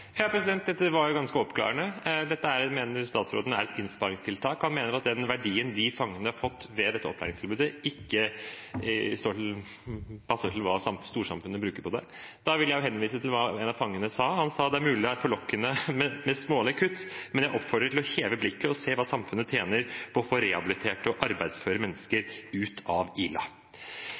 Dette var jo ganske oppklarende. Dette mener statsråden er et innsparingstiltak. Han mener at den verdien de fangene har fått ved dette opplæringstilbudet, ikke står i forhold til hva storsamfunnet bruker på det. Da vil jeg henvise til hva en av fangene sa. Han sa: «Kanskje er den kortsiktige gevinsten forlokkende, men hev blikket og se på hva samfunnet tjener på å få ut rehabiliterte og arbeidsføre mennesker fra Ila.»